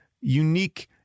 unique